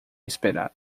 esperado